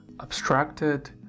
abstracted